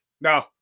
No